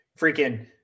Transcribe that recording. freaking